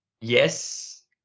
Yes